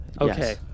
Okay